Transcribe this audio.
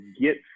get